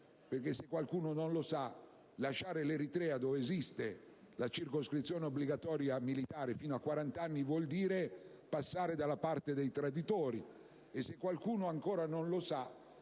vita. Se qualcuno non lo sa, lasciare l'Eritrea, dove esiste la coscrizione militare obbligatoria fino a 40 anni, vuol dire passare dalla parte dei traditori. E se qualcuno ancora non lo sa,